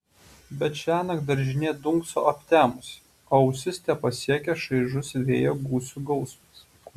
bet šiąnakt daržinė dunkso aptemusi o ausis tepasiekia šaižus vėjo gūsių gausmas